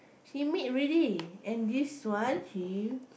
he meet already and this one he